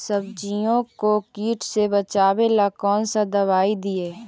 सब्जियों को किट से बचाबेला कौन सा दबाई दीए?